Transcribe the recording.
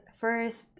first